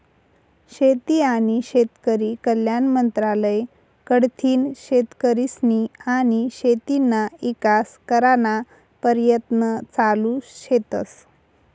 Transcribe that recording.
शेती आनी शेतकरी कल्याण मंत्रालय कडथीन शेतकरीस्नी आनी शेतीना ईकास कराना परयत्न चालू शेतस